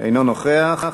אינו נוכח.